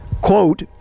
Quote